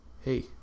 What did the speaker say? hey